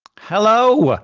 hello.